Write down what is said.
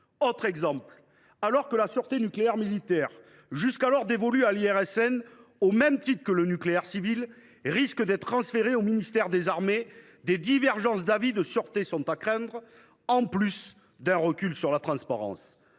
Autre exemple, alors que la sûreté nucléaire militaire, jusqu’alors dévolue à l’IRSN au même titre que le nucléaire civil, risque d’être transférée au ministère des armées, des divergences d’avis de sûreté sont à craindre, en plus d’un recul sur la transparence.